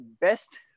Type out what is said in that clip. best